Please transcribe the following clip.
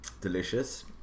Delicious